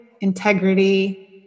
integrity